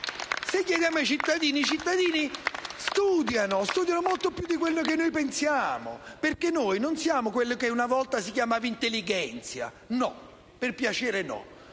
Se chiedete ai cittadini, i cittadini studiano molto più di quello che noi pensiamo, perché noi non siamo quello che una volta si chiamava *intellighenzia*. No, per piacere, no.